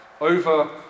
over